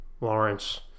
Lawrence